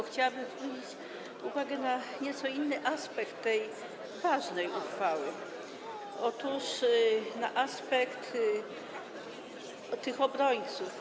Chciałabym zwrócić uwagę na nieco inny aspekt tej ważnej ustawy, otóż na aspekt tych obrońców.